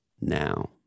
now